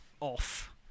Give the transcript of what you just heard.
off